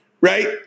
right